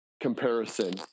comparison